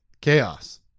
chaos